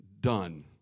done